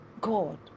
God